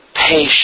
patient